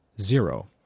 zero